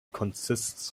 consists